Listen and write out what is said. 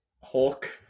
Hulk